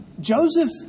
Joseph